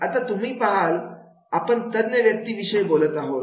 आता तुम्ही पहालआपण तज्ञ व्यक्ती विषयी बोलत आहोत